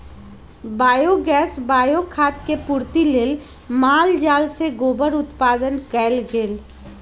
biogas, bio खाद के पूर्ति लेल माल जाल से गोबर उत्पादन कएल गेल